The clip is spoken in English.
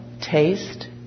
taste